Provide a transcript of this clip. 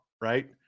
right